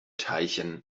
teilchen